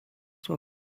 for